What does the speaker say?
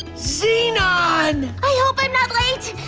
xenon! i hope i'm not late.